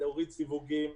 להוריד סיווגים,